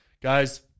Guys